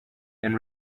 and